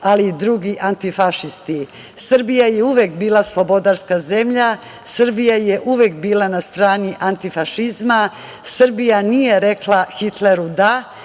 ali i drugi antifašisti. Srbija je uvek bila slobodarska zemlja, Srbija je uvek bila na strani antifašizma, Srbija nije rekla Hitleru da,